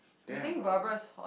damn Barbra